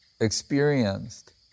experienced